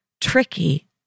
tricky